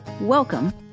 Welcome